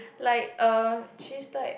like a she is like